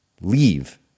leave